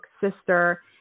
sister